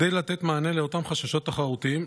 כדי לתת מענה לאותם חששות תחרותיים,